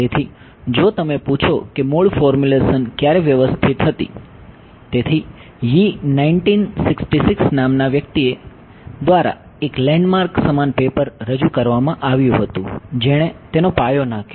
તેથી પ્રથમ થોડા સામાન્ય પોઈન્ટ નાખ્યો